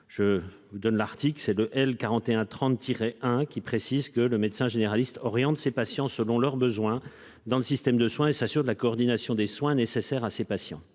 Je vous donne l'Arctique ces deux elle 41 30 tirer hein qui précise que le médecin généraliste oriente ses patients selon leurs besoins dans le système de soins et s'assure de la coordination des soins nécessaires à ses patients.